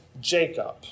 Jacob